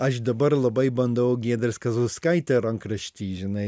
aš dabar labai bandau giedrės kazlauskaitė rankraštį žinai